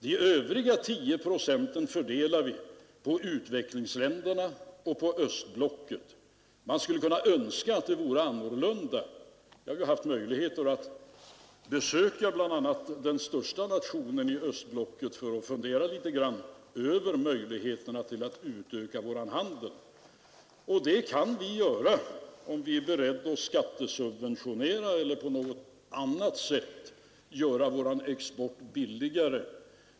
De övriga 10 procenten fördelar vi på utvecklingsländerna och på östblocket. Man skulle kunna önska att det vore annorlunda. Jag har ju haft möjligheter att besöka bl.a. den största nationen i östblocket för att få tillfälle att fundera litet över möjligheterna till att utöka vår handel. Det kan vi göra om vi är beredda på att skattesubventionera eller på något annat sätt göra vår export billigare.